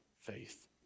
faith